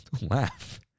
laugh